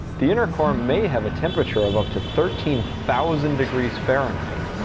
the inner core may have a temperature of up to thirteen thousand degrees fahrenheit,